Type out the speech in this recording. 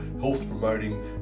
health-promoting